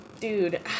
Dude